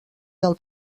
del